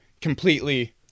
completely